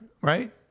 Right